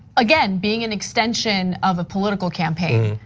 again, being an extension of a political campaign.